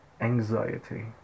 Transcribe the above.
anxiety